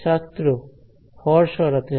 ছাত্র হর সরাতে হবে